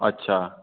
अच्छा